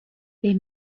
they